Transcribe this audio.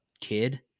kid